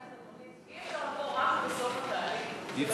אי-אפשר לבוא רק בסוף התהליך.